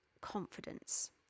confidence